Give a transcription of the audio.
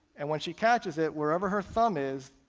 and when she catches it, wherever her thumb is,